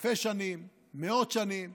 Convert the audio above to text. אלפי שנים, מאות שנים,